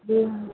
जी हाँ